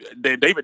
David